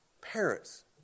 parents